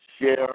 share